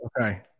Okay